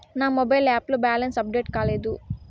నా mobile app లో balance update కాలేదు